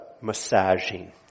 massaging